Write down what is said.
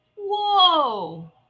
whoa